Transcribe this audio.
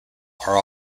are